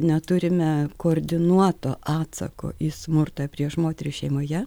neturime koordinuoto atsako į smurtą prieš moteris šeimoje